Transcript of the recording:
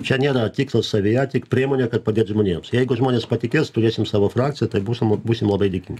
čia nėra tikslas savyje tik priemonė kad padėt žmonėms jeigu žmonės patikės turėsim savo frakciją tai būsim būsim labai dėkingi